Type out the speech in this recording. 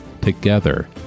Together